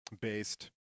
based